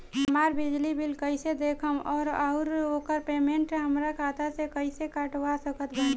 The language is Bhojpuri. हमार बिजली बिल कईसे देखेमऔर आउर ओकर पेमेंट हमरा खाता से कईसे कटवा सकत बानी?